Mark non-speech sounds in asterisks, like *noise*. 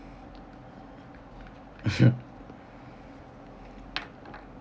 *laughs*